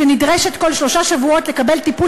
שנדרשת כל שלושה שבועות לקבל טיפול